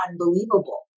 unbelievable